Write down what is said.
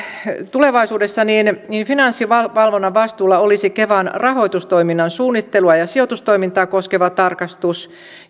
tulevaisuudessa finanssivalvonnan vastuulla olisi kevan rahoitustoiminnan suunnittelua ja sijoitustoimintaa koskeva tarkastus